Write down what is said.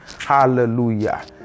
Hallelujah